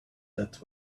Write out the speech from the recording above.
that